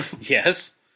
Yes